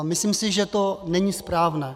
Myslím si, že to není správné.